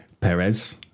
Perez